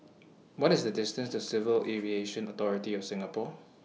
What IS The distance to Civil Aviation Authority of Singapore